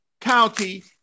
County